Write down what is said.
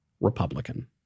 Republican